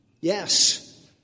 Yes